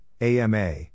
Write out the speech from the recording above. AMA